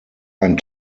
ein